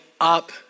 up